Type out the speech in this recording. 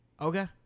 Okay